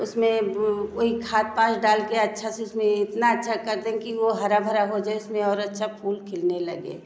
उसमें वही खाद पांस डाल के अच्छा से उसमें इतना अच्छा कर दे कि वो हरा भरा हो जाए उसमें और अच्छा फूल खिलने लगे